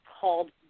called